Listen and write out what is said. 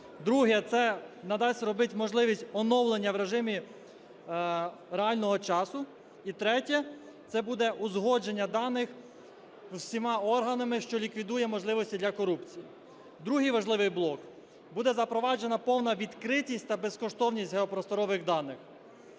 Друге – це надасть робити можливість оновлення в режимі реального часу. І третє – це буде узгодження даних всіма органами, що ліквідує можливості для корупції. Другий важливий блок. Буде запроваджена повна відкритість та безкоштовність геопросторових даних.